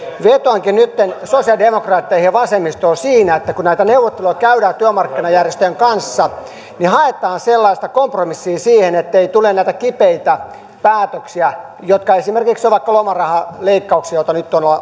vetoankin nyt sosialidemokraatteihin ja vasemmistoon siinä että kun näitä neuvotteluja käydään työmarkkinajärjestöjen kanssa niin haetaan sellaista kompromissia siihen ettei tule näitä kipeitä päätöksiä jotka esimerkiksi ovat vaikka lomarahaleikkauksia jotka nyt